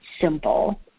simple